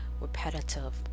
repetitive